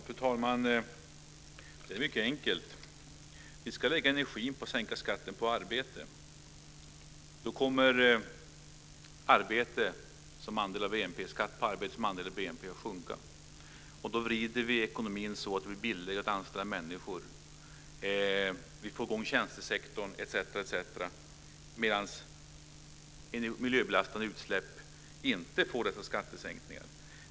Fru talman! Det är mycket enkelt. Vi ska lägga energin på att sänka skatten på arbete. Då kommer skatt på arbete som andel av BNP att sjunka, och då vrider vi ekonomin så att det blir billigare att anställa människor. Vi får i gång tjänstesektorn etc. samtidigt som miljöbelastande utsläpp inte får dessa skattesänkningar.